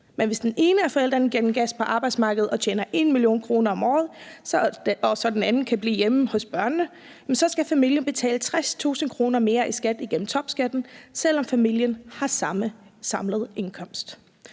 men hvis den ene af forældrene giver den gas på arbejdsmarkedet og tjener 1 mio. kr. om året, så den anden kan blive hjemme hos børnene, skal familien betale 60.000 kr. mere i skat igennem topskatten, selv om familierne har samme samlede indkomst.